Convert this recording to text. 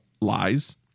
lies